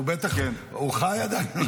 הוא חי עדיין?